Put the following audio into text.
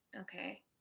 okay